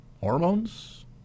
hormones